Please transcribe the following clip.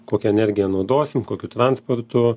kokią energiją naudosim kokiu transportu